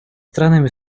странами